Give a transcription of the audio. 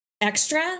extra